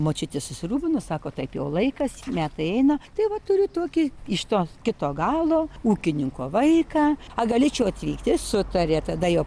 močiutė susirūpino sako taip jau laikas metai eina tai va turiu tokį iš to kito galo ūkininko vaiką a galėčiau atvykti sutarė tada jo